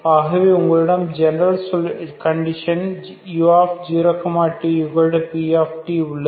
ஆகவே உங்களிடம் ஒரு ஜெனரல் கண்டிஷன் u0 tp உள்ளது